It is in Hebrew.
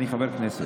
אני חבר כנסת.